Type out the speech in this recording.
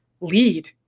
lead